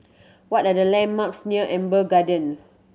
what are the landmarks near Amber Garden